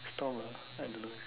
storm I don't know